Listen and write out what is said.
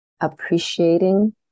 appreciating